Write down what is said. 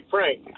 Frank